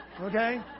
Okay